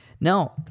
Now